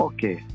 Okay